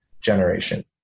generation